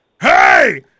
Hey